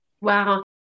Wow